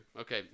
Okay